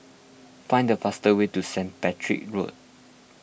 find the fastest way to St Patrick's Road